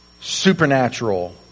supernatural